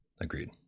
Agreed